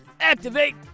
Activate